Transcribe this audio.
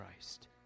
Christ